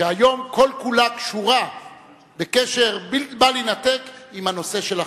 שהיום כל כולה קשורה בקשר בל יינתק עם הנושא של החקלאים.